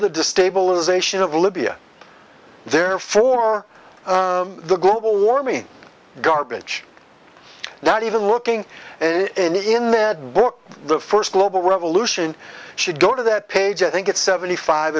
the destabilisation of libya there for the global warming garbage not even looking in that book the first global revolution should go to that page i think it's seventy five